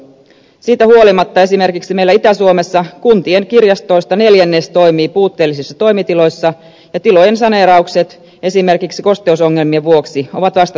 siitä huolimatta esimerkiksi meillä itä suomessa kuntien kirjastoista neljännes toimii puutteellisissa toimitiloissa ja tilojen saneeraukset esimerkiksi kos teusongelmien vuoksi ovat vasta suunnitteilla